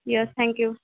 yes thank you